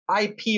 IP